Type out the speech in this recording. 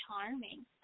charming